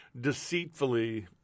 deceitfully